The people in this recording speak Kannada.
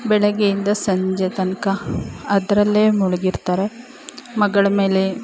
ಬೆಳಗ್ಗೆಯಿಂದ ಸಂಜೆ ತನಕ ಅದರಲ್ಲೇ ಮುಳುಗಿರ್ತಾರೆ ಮಗಳ ಮೇಲೆ